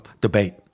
debate